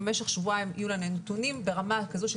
אז במשך שבועיים יהיו לנו נתונים ברמה כזו של